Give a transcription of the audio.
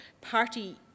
party